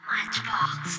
Matchbox